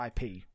IP